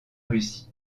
russie